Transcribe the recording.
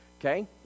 Okay